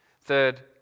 Third